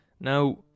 Now